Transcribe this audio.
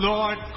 Lord